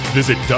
Visit